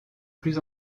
plus